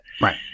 Right